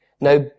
Now